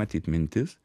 matyt mintis